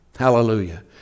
Hallelujah